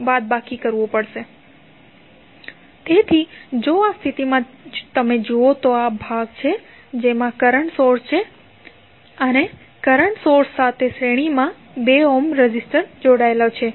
તેથી જો આ સ્થિતિમાં જો તમે જુઓ તો આ ભાગ છે જેમાં કરંટ સોર્સ છે અને કરંટ સોર્સ સાથે શ્રેણીમાં 2 ઓહ્મ રેઝિસ્ટર જોડાયેલ છે